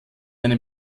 eine